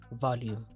Volume